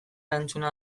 erantzuna